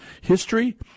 history